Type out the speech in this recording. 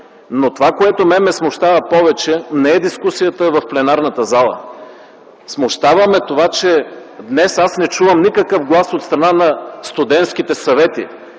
но това, което мен ме смущава повече, не е дискусията в пленарната зала. Смущава ме това, че днес аз не чувам никакъв глас от страна на студентските съвети